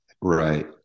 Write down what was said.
Right